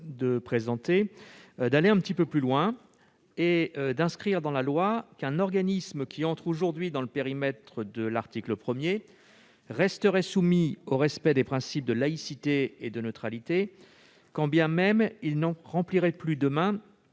proposons d'aller un petit peu plus loin et d'inscrire dans la loi qu'un organisme qui entre aujourd'hui dans le périmètre de l'article 1 resterait soumis au respect des principes de laïcité et de neutralité quand bien même il n'y entrerait éventuellement